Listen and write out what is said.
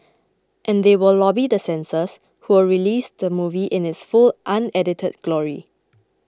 and they will lobby the censors who will release the movie in its full unedited glory